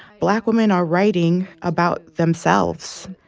black women are writing about themselves,